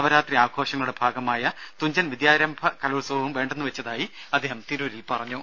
നവരാത്രി ആഘോഷങ്ങളുടെ ഭാഗമായ തുഞ്ചൻ വിദ്യാരംഭ കലോത്സവും വേണ്ടെന്നുവെച്ചതായി അദ്ദേഹം തിരൂരിൽ പറഞ്ഞു